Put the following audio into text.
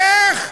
איך?